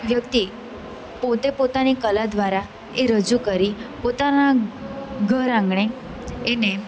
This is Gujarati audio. વ્યક્તિ પોતે પોતાની કલા દ્વારા એ રજૂ કરી પોતાના ઘર આંગણે એને